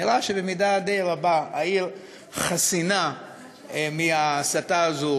נראה שבמידה די רבה העיר חסינה מההסתה הזאת,